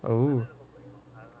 oh